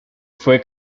fue